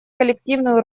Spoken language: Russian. коллективную